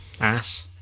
ass